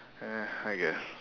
eh I guess